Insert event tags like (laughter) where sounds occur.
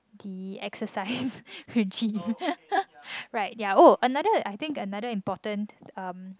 the exercise regime (laughs) right ya oh another I think another important um